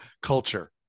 culture